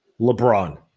LeBron